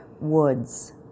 woods